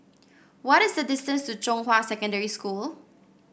what is the distance to Zhonghua Secondary School